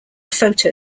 photo